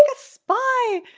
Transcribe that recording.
ah spy.